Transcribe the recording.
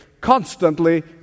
constantly